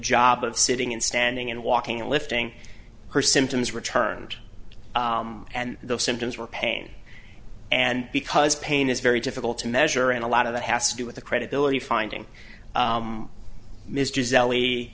job of sitting and standing and walking and lifting her symptoms returned and the symptoms were pain and because pain is very difficult to measure and a lot of that has to do with the credibility finding